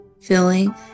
feeling